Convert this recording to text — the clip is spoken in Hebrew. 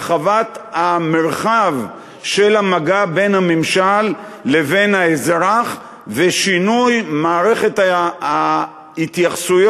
הרחבת המרחב של המגע בין הממשל לבין האזרח ושינוי מערכת ההתייחסויות,